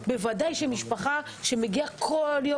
הוא בוודאי לא טוב לגבי משפחה שמגיעה כל יום